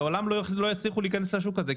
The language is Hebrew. לעולם לא יצליחו להיכנס לשוק הזה,